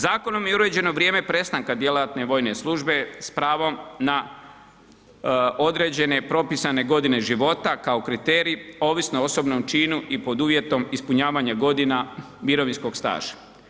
Zakonom je i uređeno vrijeme prestanka djelatne vojne službe s pravom na određene propisane godine života kao kriterij ovisno o osobnom činu i pod uvjetom ispunjavanja godina mirovinskog staža.